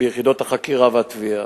ביחידות החקירה והתביעה,